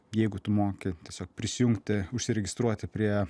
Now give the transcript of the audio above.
jeigu tu moki tiesiog prisijungti užsiregistruoti prie